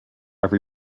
every